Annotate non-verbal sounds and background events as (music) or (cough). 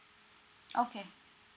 (noise) okay